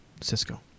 Cisco